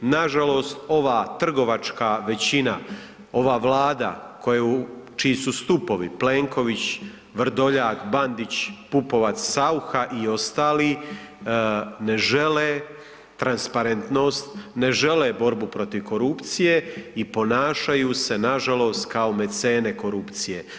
Nažalost, ova trgovačka većina, ova Vlada koju, čiji su stupovi Plenković, Vrdoljak, Bandić, Pupovac, Saucha i ostali, ne žele transparentnost, ne žele borbu protiv korupcije i ponašaju se nažalost kao mecene korupcije.